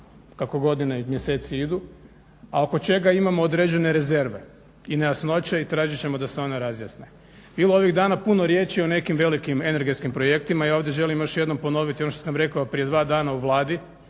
kako godine i mjeseci idu, a oko čega imamo određene rezerve i nejasnoće i tražit ćemo da se one razjasne. Bilo je ovih dana puno riječi o nekim velikim energetskim projektima, ja ovdje želim još jednom ponoviti ono što sam rekao prije dva dana u Vladi